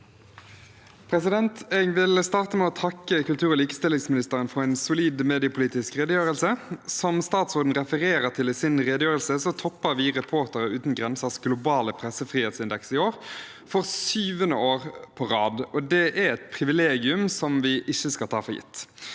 leder): Jeg vil starte med å takke kultur- og likestillingsministeren for en solid mediepolitisk redegjørelse. Som statsråden refererer til i sin redegjørelse, topper vi Reportere uten grensers globale pressefrihetsindeks i år – for syvende år på rad. Det er et privilegium vi ikke skal ta for gitt.